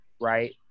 right